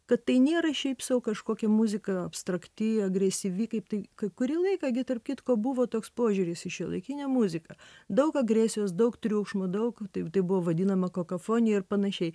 kad tai nėra šiaip sau kažkokia muzika abstrakti agresyvi kaip tai kai kurį laiką gi tarp kitko buvo toks požiūris į šiuolaikinę muziką daug agresijos daug triukšmo daug taip tai buvo vadinama kakofonija ir panašiai